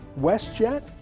WestJet